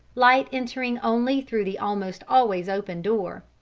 light entering only through the almost always open door.